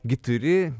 gi turi